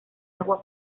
agua